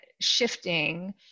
shifting